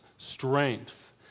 strength